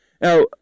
Now